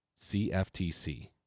CFTC